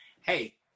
Hey